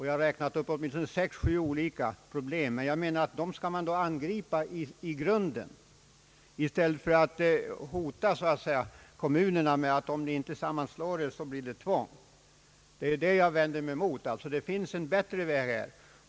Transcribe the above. Jag räknade upp åtminstone sex eller sju olika problem, och jag menar att dem skall man angripa i grunden i stället för att hota kommunerna med tvång, om de inte slår sig samman. Det är det som jag vänder mig emot. Det finns en bättre väg.